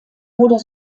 oder